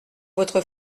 votre